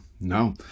No